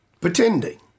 Pretending